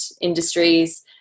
industries